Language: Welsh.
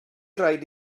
raid